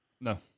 No